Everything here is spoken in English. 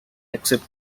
except